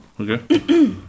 Okay